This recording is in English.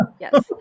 Yes